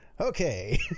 okay